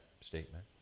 statement